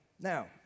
Now